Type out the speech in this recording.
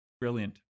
brilliant